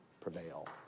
prevail